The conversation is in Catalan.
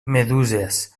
meduses